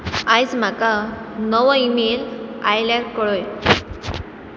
आयज म्हाका नवो इमेल आयल्यार कळय